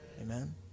Amen